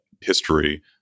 history